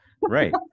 Right